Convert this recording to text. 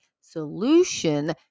solution